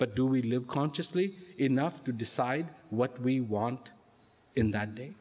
but do we live consciously enough to decide what we want in that